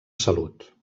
salut